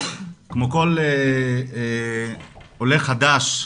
כמו כל עולה חדש,